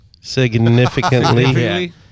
Significantly